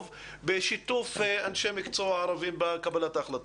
בשיתוף אנשי מקצוע ערבים בקבלת ההחלטות.